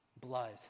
Blood